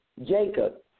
Jacob